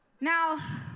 Now